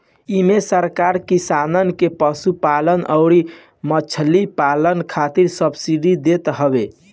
इमे सरकार किसानन के पशुपालन अउरी मछरी पालन खातिर सब्सिडी देत हवे